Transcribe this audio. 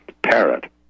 parrot